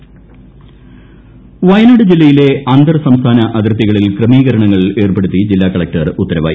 വയനാട് നിയന്ത്രണം വയനാട് ജില്ലയിലെ അന്തർ സംസ്ഥാന അതിർത്തികളിൽ ക്രമീകരണങ്ങൾ ഏർപ്പെടുത്തി ജില്ലാ കളക്ടർ ഉത്തരവായി